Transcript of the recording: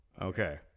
Okay